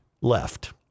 left